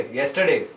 yesterday